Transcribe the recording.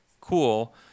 cool